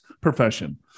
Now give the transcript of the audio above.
profession